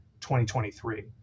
2023